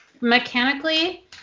mechanically